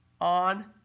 on